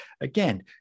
again